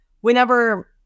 whenever